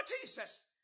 Jesus